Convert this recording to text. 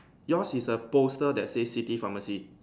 yours is a poster that say city pharmacy